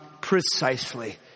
precisely